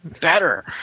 better